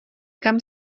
kam